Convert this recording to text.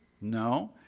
No